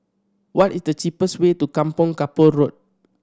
what is the cheapest way to Kampong Kapor Road